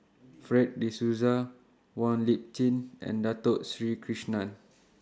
Fred De Souza Wong Lip Chin and Dato Sri Krishna